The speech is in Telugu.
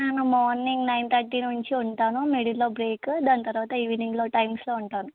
నేను మార్నింగ్ నైన్ థర్టీ నుంచి ఉంటాను మిడిల్లో బ్రేకు దాని తరువాత ఈవెనింగ్లో టైమ్స్లో ఉంటాను